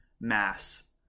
mass